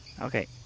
Okay